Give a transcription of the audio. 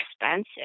expensive